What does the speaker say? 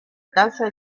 casa